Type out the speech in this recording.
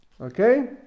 okay